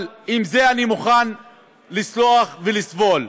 אבל על זה אני מוכן לסלוח, ולסבול,